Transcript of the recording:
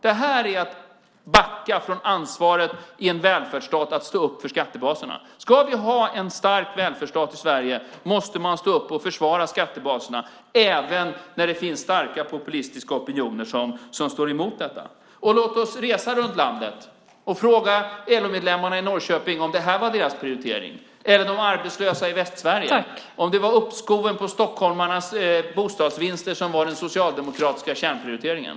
Detta är att backa från ansvaret att i en välfärdsstat stå upp för skattebaserna. Ska Sverige vara en stark välfärdsstat måste man stå upp och försvara skattebaserna även när det finns starka populistiska opinioner som står emot detta. Låt oss resa runt i landet och fråga LO-medlemmarna i Norrköping om detta var deras prioritering. Vi kan fråga de arbetslösa i Västsverige om det var uppskoven på stockholmarnas bostadsvinster som var den socialdemokratiska kärnprioriteringen.